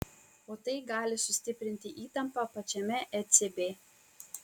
o tai gali sustiprinti įtampą pačiame ecb